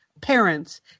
parents